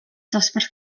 dosbarth